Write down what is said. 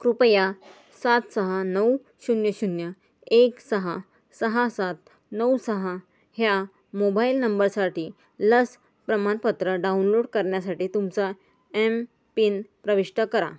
कृपया सात सहा नऊ शून्य शून्य एक सहा सहा सात नऊ सहा ह्या मोबाईल नंबरसाठी लस प्रमाणपत्र डाउनलोड करण्यासाठी तुमचा एमपिन प्रविष्ट करा